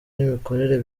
n’imikorere